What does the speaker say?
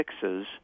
fixes